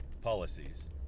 policies